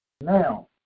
Now